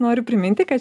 noriu priminti kad